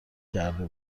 کرده